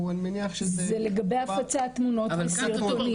זה לגבי הפצת תמונות וסרטונים.